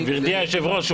גברתי היושבת-ראש,